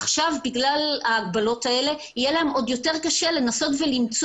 עכשיו בגלל ההגבלות האלה יהיה להם עוד יותר קשה לנסות ולמצוא